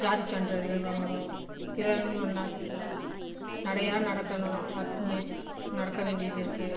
ஜாதி சான்றிதழ் வாங்கணும் இதை நா நடையாக நடக்கணும் நி நடக்க வேண்டியது இருக்குது